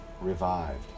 revived